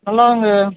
நல்லா அங்கே